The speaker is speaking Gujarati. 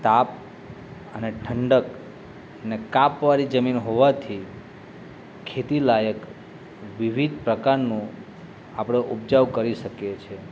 તાપ અને ઠંડક અને કાપ વાળી જમીન હોવાથી ખેતી લાયક વિવિધ પ્રકારનું આપળે ઉપજાવ કરી શકીએ છીએ